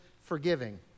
forgiving